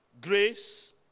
grace